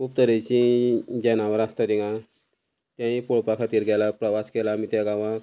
खूब तरेची जनावरां आसता तिंगा तेय पळोवपा खातीर गेला प्रवास केला आमी त्या गांवाक